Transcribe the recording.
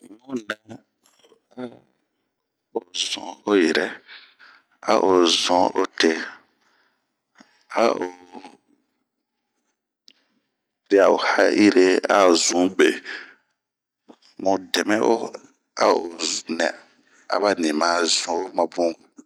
Mu nɛɛ aa o zun o yirɛ, ao zunh o te, ao opiria o ha'ire a zun be. Mun dɛmɛ'o aba nii ma zunh o mabun.